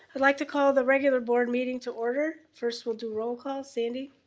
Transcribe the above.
i'd like to call the regular board meeting to order. first we'll do roll call, sandy.